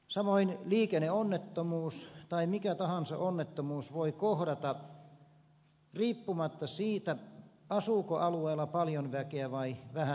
samoin liikenneonnettomuus tai mikä tahansa onnettomuus voi kohdata riippumatta siitä asuuko alueella paljon väkeä vai vähän väkeä